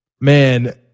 Man